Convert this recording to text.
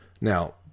Now